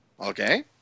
Okay